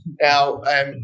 Now